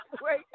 wait